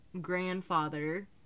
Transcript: grandfather